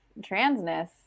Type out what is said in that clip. transness